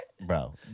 Bro